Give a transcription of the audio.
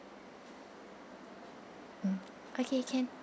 mm okay can